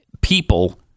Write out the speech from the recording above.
people